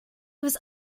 was